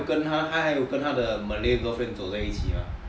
他还有跟他的 malay girlfriend 走在一起 mah